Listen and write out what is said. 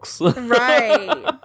Right